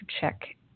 check